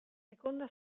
seconda